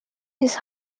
his